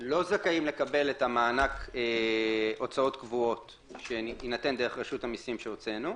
לא זכאים לקבל את המענק הוצאות קבועות שיינתן דרך רשות המסים שהוצאנו.